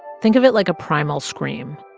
think of it like a primal scream.